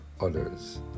others